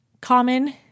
common